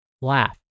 Laugh